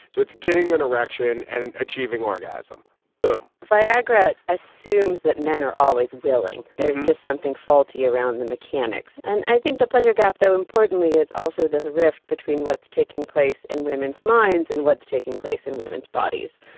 so it's getting an erection and achieving orgasm both um viagra assumes that men are always willing. there's just something faulty around the mechanics. and i think the pleasure gap, though, importantly, is also there's a rift between what's taking place in women's minds and what's taking place in women's bodies.